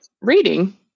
reading